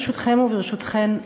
ברשותכם וברשותכן,